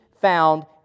found